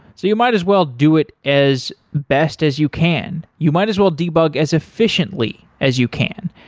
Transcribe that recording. you might as well do it as best as you can. you might as well debug as efficiently as you can.